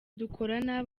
dukorana